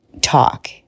talk